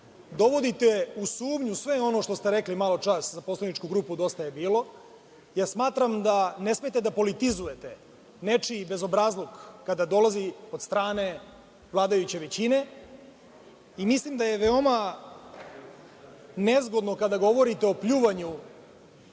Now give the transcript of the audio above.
dovodite u sumnju sve ono što ste rekli maločas za poslaničku grupu DJB.Smatram da ne smete da politizujete nečiji bezobrazluk kada dolazi od strane vladajuće većine i mislim da je veoma nezgodno kada govorite o pljuvanju